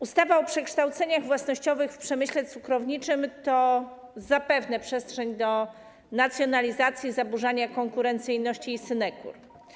Ustawa o przekształceniach własnościowych w przemyśle cukrowniczym to zapewne przestrzeń do nacjonalizacji, zaburzania konkurencyjności i synekur.